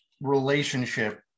relationship